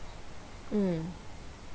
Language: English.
mm